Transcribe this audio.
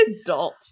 adult